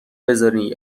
بذارین